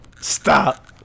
Stop